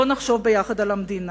בוא נחשוב ביחד על המדינה.